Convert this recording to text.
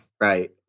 Right